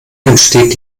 entsteht